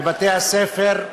בבתי-הספר,